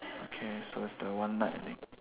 okay so it's the one night only